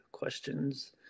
questions